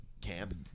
camp